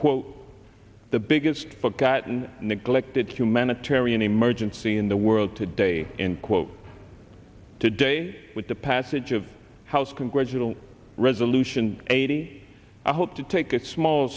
quote the biggest forgotten neglected humanitarian emergency in the world today in quote today with the passage of house congressional resolution eighty i hope to take a small